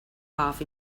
half